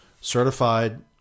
Certified